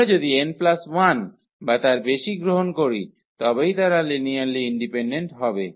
আমরা যদি 𝑛 1 বা তার বেশি গ্রহণ করি তবেই তারা লিনিয়ারলি ইন্ডিপেন্ডেন্ট হবে